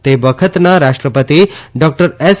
તે વખતના રાષ્ટ્રપતિ ડાલ્ટર એસ